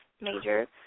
Major